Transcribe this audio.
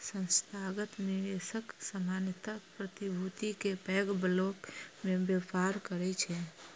संस्थागत निवेशक सामान्यतः प्रतिभूति के पैघ ब्लॉक मे व्यापार करै छै